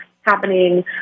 happening